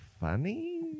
Funny